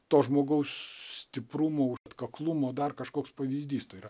to žmogaus stiprumo atkaklumo dar kažkoks pavyzdys tai yra